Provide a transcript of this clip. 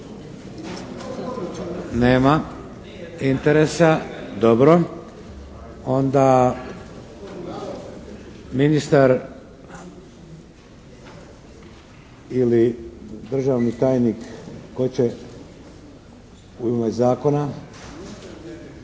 Nema interesa. Dobro. Onda ministar ili državni tajnik. Tko će u ime zakona?